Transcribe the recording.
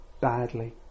badly